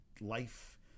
life